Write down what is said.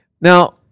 Now